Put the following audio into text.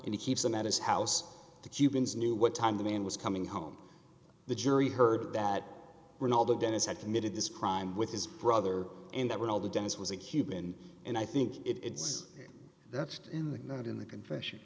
and he keeps them at his house the cubans knew what time the man was coming home the jury heard that were all that dennis had committed this crime with his brother and that when all the dennis was a human and i think it's that's not in the compression